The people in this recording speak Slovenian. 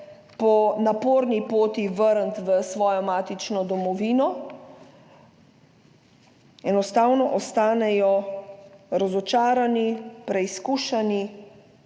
po naporni poti vrniti v svojo matično domovino. Enostavno ostanejo razočarani, preizkušeni,